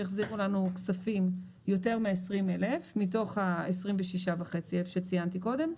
שהחזירו לנו כספים מתוך 26,500 שציינתי קודם.